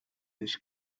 nicht